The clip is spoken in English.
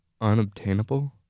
Unobtainable